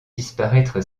disparaître